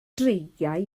dreigiau